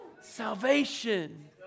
Salvation